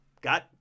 got